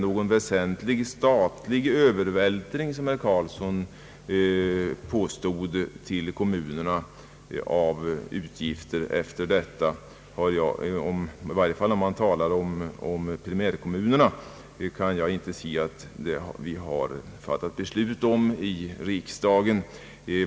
Någon väsentlig statlig övervältring på kommunerna, såsom herr Eric Carlsson påstod, av utgifter kan jag inte förstå har skett sedan dess, i varje fall om man talar om primärkommunerna.